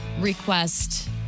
request